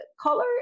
color